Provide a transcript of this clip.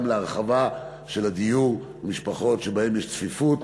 להרחבה של הדירות למשפחות שבהן יש צפיפות,